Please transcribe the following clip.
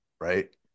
right